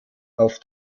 auf